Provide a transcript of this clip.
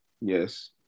yes